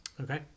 Okay